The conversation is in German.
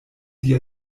die